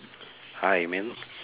hi man